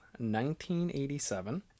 1987